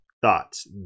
thoughts